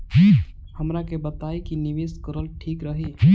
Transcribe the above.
हमरा के बताई की निवेश करल ठीक रही?